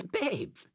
Babe